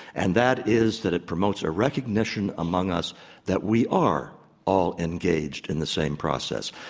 and that is that it promotes a recognition among us that we are all engaged in the same process.